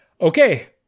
okay